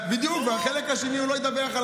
בדיוק, ועל החלק השני הוא לא ידווח.